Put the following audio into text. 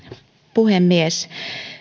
puhemies